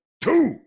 two